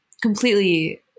completely